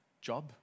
job